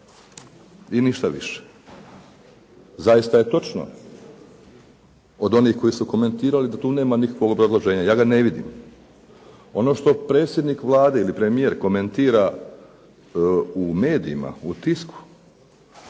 I ništa više. Zaista je točno od onih koji su komentirali da tu nema nikakvog obrazloženja. Ja ga ne vidim. Ono što predsjednik Vlade ili premijer komentira u medijima, u tisku,